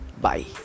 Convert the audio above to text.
Bye